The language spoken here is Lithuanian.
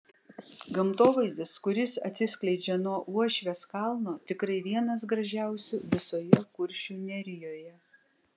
gamtovaizdis kuris atsiskleidžia nuo uošvės kalno tikrai vienas gražiausių visoje kuršių nerijoje